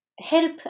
help